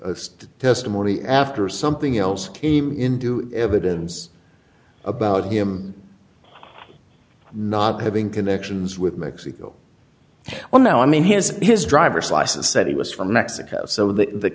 the testimony after something else came into evidence about him not having connections with mexico well now i mean he has his driver's license said he was from mexico so th